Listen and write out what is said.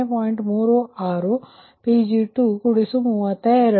36 Pg232